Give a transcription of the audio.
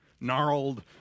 Gnarled